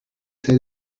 say